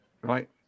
right